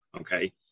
okay